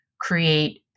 create